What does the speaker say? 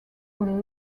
will